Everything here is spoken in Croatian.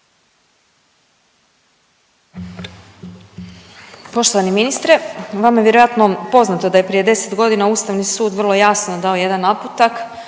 Poštovani ministre, vama je vjerojatno poznato da je prije 10 godina Ustavni sud vrlo jasno dao jedan naputak